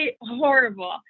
horrible